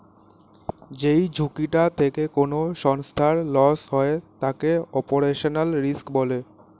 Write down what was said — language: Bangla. যেই ঝুঁকিটা থেকে কোনো সংস্থার লস হয় তাকে অপারেশনাল রিস্ক বলে